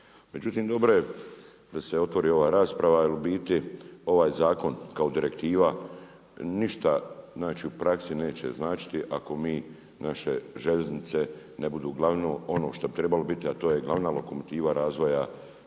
Međutim dobro je da se otvori ova rasprava jer u biti ovaj zakon kao direktiva, ništa, znači u praksi neće značiti ako mi, naše željeznice ne budu uglavnom ono što bi trebalo biti a to je glavna lokomotiva razvoja